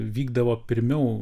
vykdavo pirmiau